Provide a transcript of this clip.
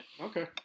Okay